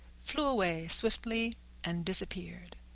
flew away swiftly and disappeared.